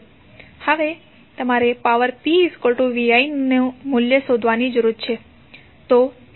હવે તમારે power p vi નું મૂલ્ય શોધવાની જરૂર છે